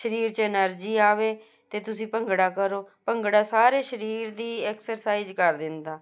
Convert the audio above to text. ਸਰੀਰ 'ਚ ਐਨਰਜੀ ਆਵੇ ਅਤੇ ਤੁਸੀਂ ਭੰਗੜਾ ਕਰੋ ਭੰਗੜਾ ਸਾਰੇ ਸਰੀਰ ਦੀ ਐਕਸਰਸਾਈਜ਼ ਕਰ ਦਿੰਦਾ